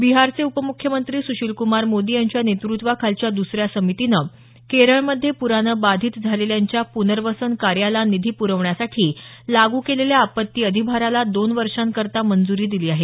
बिहारचे उपमुख्यमंत्री सुशीलक्मार मोदी यांच्या नेतृत्वाखालच्या दुसऱ्या समितीनं केरळमध्ये प्रानं बाधित झालेल्यांच्या पुनर्वसन कार्याला निधी पुरवण्यासाठी लागू केलेल्या आपत्ती अधिभाराला दोन वर्षांकरता मंजूरी दिली आहे